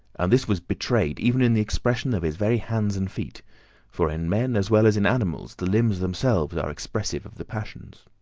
and this was betrayed even in the expression of his very hands and feet for in men, as well as in animals, the limbs themselves are expressive of the passions.